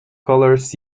colors